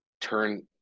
turn